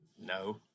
No